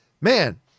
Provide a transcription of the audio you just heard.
man